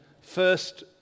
first